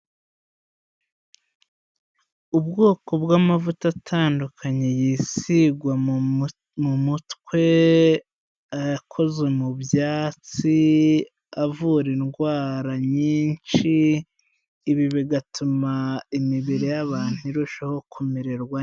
Ubwoko bw'amavuta atandukanye yisigwa mu mutwe, akoze mu byatsi avura indwara nyinshi, ibi bigatuma imibiri y'abantu irushaho kumererwa neza.